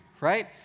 right